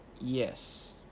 yes